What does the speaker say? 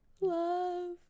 Love